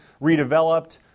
redeveloped